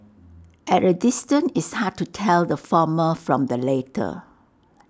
at A distance it's hard to tell the former from the latter